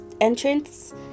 entrance